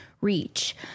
reach